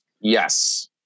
Yes